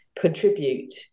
contribute